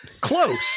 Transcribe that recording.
Close